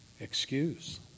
excuse